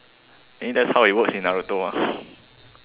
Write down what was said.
I mean that's how it works in Naruto mah